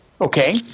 okay